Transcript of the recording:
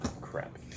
Crap